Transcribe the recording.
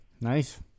nice